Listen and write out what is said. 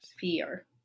fear